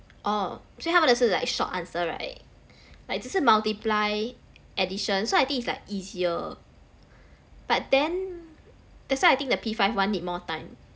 orh 所以他们的是 like short answer right like 只是 multiply addition so I think it's like easier but then that's why I think the P five one more time